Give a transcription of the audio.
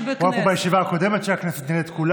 הוא היה פה בישיבה הקודמת של הכנסת, ניהל את כולה.